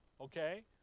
okay